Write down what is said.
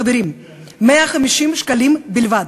חברים, 150 שקלים בלבד.